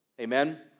Amen